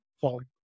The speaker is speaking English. falling